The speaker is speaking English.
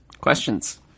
Questions